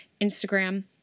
Instagram